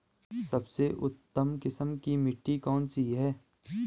सबसे उत्तम किस्म की मिट्टी कौन सी है?